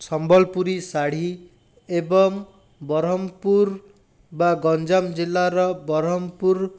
ସମ୍ବଲପୁରୀ ଶାଢ଼ୀ ଏବଂ ବର୍ହମପୁର ବା ଗଞ୍ଜାମ ଜିଲ୍ଲାର ବର୍ହମପୁର